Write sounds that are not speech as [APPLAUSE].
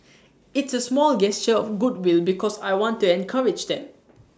it's A small gesture of goodwill because I want to encourage them [NOISE]